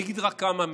אני רק אגיד כמה מהם: